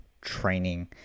training